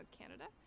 Canada